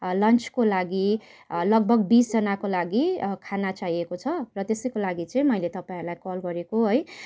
लन्चको लागि लगभग बिसजनाको लागि खाना चाहिएको छ र त्यसैको लागि चाहिँ मैले तपाईँहरूलाई कल गरेको है